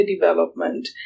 development